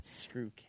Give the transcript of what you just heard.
Screw